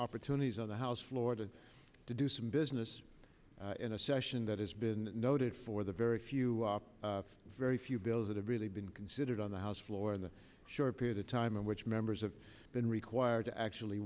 opportunities on the house floor to do some business in a session that has been noted for the very few very few bills that have really been considered on the house floor in the short period of time in which members of been required to actually